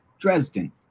Dresden